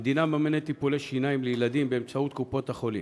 המדינה מממנת טיפולי שיניים לילדים באמצעות קופות-החולים,